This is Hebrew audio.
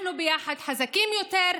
אנחנו ביחד חזקים יותר,